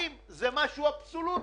זה פעם אחת.